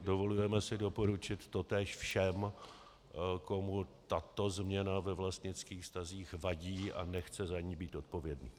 Dovolujeme si doporučit totéž všem, komu tato změna ve vlastnických vztazích vadí a nechce za ni být odpovědný.